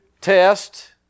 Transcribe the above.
Test